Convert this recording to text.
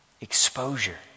exposure